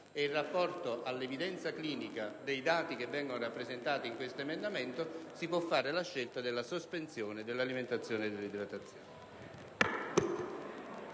e, in rapporto all'evidenza clinica dei dati che vengono rappresentati in questo emendamento, può fare la scelta della sospensione dell'alimentazione e dell'idratazione.